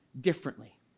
differently